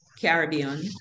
Caribbean